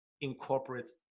incorporates